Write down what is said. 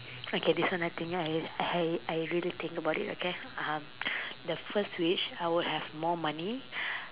okay this one I think I I I really think about it okay um the first wish I would have more money